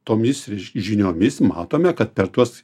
tomis žiniomis matome kad per tuos